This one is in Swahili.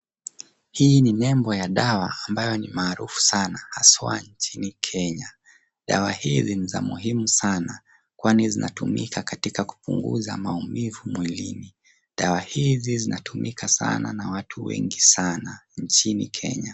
Hii ni nembo ya dawa ambayo ni maarufu sana haswa nchini Kenya. Dawa hii ni muhimu sana kwani zinatumika katika kupunguza maumivu mwilini. Dawa hizi zinatumika sana na watu wengi sana nchini Kenya.